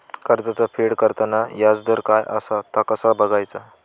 कर्जाचा फेड करताना याजदर काय असा ता कसा बगायचा?